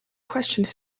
questioned